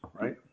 right